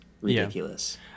ridiculous